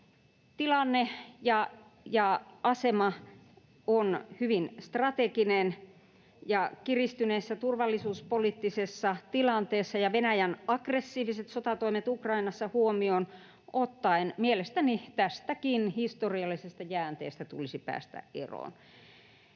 tilanne ja asema on hyvin strateginen, ja kiristyneessä turvallisuuspoliittisessa tilanteessa ja Venäjän aggressiiviset sotatoimet Ukrainassa huomioon ottaen mielestäni tästäkin historiallisesta jäänteestä tulisi päästä eroon.